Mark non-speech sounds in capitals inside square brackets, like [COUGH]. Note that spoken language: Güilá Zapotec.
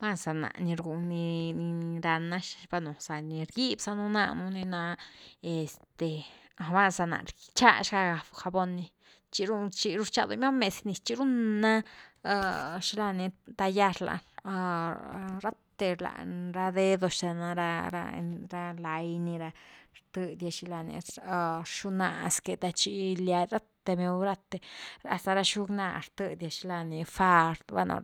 Valna za ná ni rga, ni-ni rana xina, bueno za ni rgib zanu nanu ni na este valna za na rcha zga jabon ni, chiru rcha doimame’zy niz chi run na xila ni talar lani, [HESITATION] rathe lañ ra dedo xthena, ra-ra lai ni ra rthedia xini lani [HESITATION] rxunani zque, chi giliad rathe mew rathe, hasta ra bxug na rtedia xilani fá, bueno,